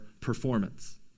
performance